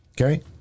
Okay